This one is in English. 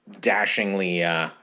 dashingly